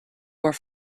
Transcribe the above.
were